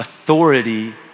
authority